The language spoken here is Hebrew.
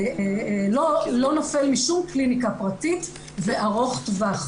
לא נופל משום קליניקה פרטית וארוך טווח.